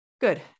good